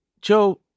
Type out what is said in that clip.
Joe